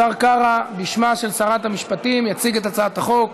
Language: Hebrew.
השר קרא, בשמה של שרת המשפטים, יציג את הצעת החוק